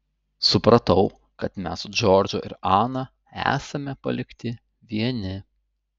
supratau kad mes su džordžu ir ana esame palikti vieni